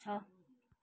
छ